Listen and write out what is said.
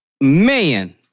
Man